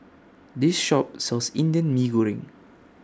This Shop sells Indian Mee Goreng